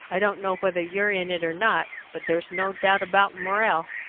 i don't know whether you're in it or not, but there's no doubt about morrell.